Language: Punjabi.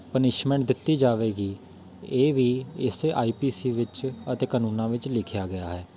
ਪੁਨਿਸ਼ਮੈਂਟ ਦਿੱਤੀ ਜਾਵੇਗੀ ਇਹ ਵੀ ਇਸੇ ਆਈ ਪੀ ਸੀ ਵਿੱਚ ਅਤੇ ਕਾਨੂੰਨਾਂ ਵਿੱਚ ਲਿਖਿਆ ਗਿਆ ਹੈ